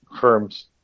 firm's